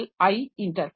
I interface